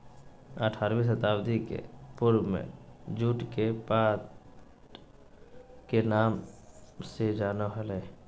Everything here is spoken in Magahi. आठारहवीं शताब्दी के पूर्व में जुट के पाट के नाम से जानो हल्हो